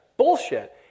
bullshit